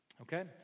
Okay